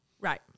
Right